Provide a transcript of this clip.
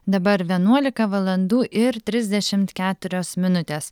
dabar vienuolika valandų ir trisdešimt keturios minutės